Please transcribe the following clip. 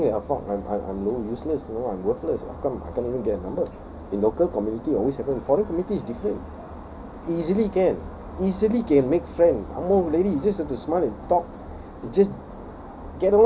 it makes him think like fuck I'm I'm I'm know useless you know I'm worthless how come I can't even get a number in local community always happen foreign community is different easily can easily can make friend ang moh lady you just have to smile and talk just